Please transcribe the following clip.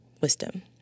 wisdom